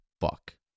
Fuck